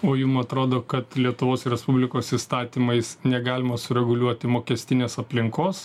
o jum atrodo kad lietuvos respublikos įstatymais negalima sureguliuoti mokestinės aplinkos